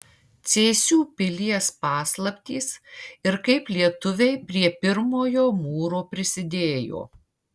cėsių pilies paslaptys ir kaip lietuviai prie pirmojo mūro prisidėjo